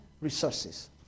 resources